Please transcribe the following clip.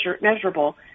measurable